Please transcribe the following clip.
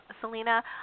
Selena